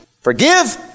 forgive